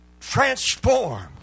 transformed